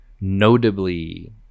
notably